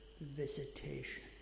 Visitation